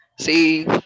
see